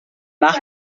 nac